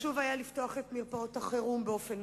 חשוב היה לפתוח את מרפאות החירום מייד,